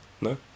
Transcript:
No